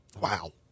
Wow